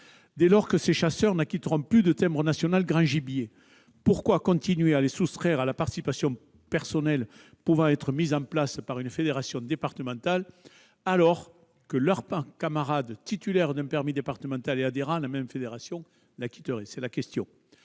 Dès lors que ces chasseurs n'acquitteront plus ledit timbre, pourquoi continuer à les soustraire à la participation personnelle qui peut être mise en place par une fédération départementale, alors que leurs camarades titulaires d'un permis départemental et adhérents de la même fédération l'acquitteraient ?